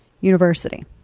university